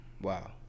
Wow